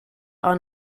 are